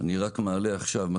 אני רק מעלה עכשיו משהו.